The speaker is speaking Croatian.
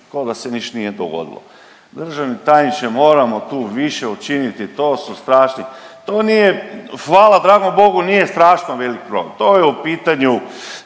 ko da se ništa nije dogodilo. Državni tajniče moramo tu više učiniti, to su strašni, to nije, hvala dragom Bogu nije strašno veliki problem, to je u pitanju